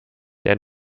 der